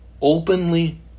openly